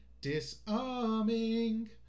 disarming